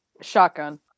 shotgun